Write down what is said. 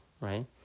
right